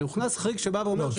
הרי הוכנס חריג שבא ואומר -- לא,